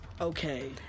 Okay